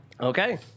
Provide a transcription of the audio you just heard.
Okay